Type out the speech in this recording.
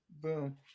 Boom